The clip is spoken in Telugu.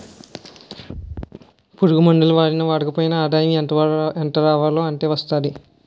పురుగుమందులు వాడినా వాడకపోయినా ఆదాయం ఎంతరావాలో అంతే వస్తాది